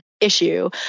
issue